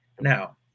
Now